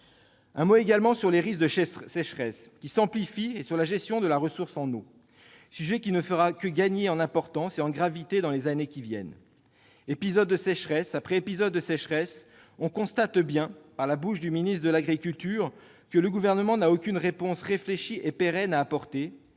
également le risque de sécheresse, qui s'amplifie, et la gestion de la ressource en eau, sujet qui ne fera que gagner en importance et en gravité dans les années à venir. Épisode de sécheresse après épisode de sécheresse, on constate, à l'écoute des propos du ministre de l'agriculture, que le Gouvernement n'a aucune réponse réfléchie et pérenne à apporter